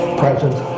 present